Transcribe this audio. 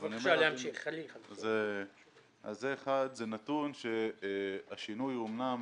זה נתון שהשינוי הוא אמנם